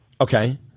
Okay